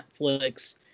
netflix